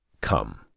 come